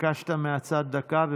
ביקשת מהצד, דקה.